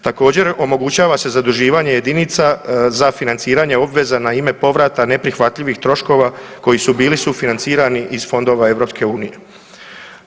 Također, omogućava se zaduživanje jedinica za financiranje obveza na ime povrata neprihvatljivih troškova koji su bili sufinancirani iz fondova EU-a.